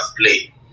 play